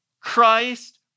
Christ